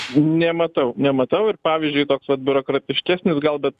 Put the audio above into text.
nematau nematau ir pavyzdžiui toks vat biurokratiškesnis gal bet